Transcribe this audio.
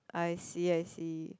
I see I see